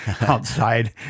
outside